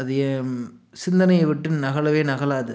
அது ஏன் சிந்தனையை விட்டு நகலவே நகலாது